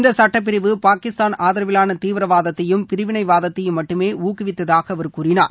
இந்த சட்டப்பிரிவு பாகிஸ்தான் ஆதரவிலான தீவிரவாதத்தையும் பிரிவினைவாதத்தையும் மட்டுமே ஊக்குவித்ததாக அவர் கூறினார்